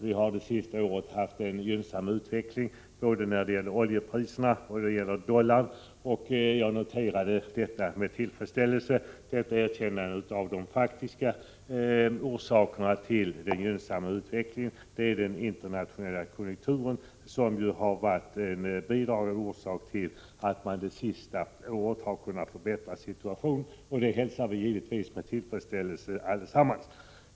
Vi har det senaste året haft en gynnsam utveckling i fråga om både oljepriset och dollarkursen. Jag noterar med tillfredsställelse erkännandet att den internationella konjunkturen har varit en bidragande orsak till att man det senaste året har kunnat förbättra situationen, något som vi givetvis allesammans hälsar med tillfredsställelse.